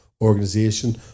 organization